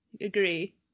Agree